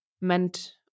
meant